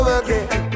again